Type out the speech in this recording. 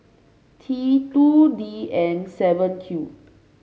T two D N seven Q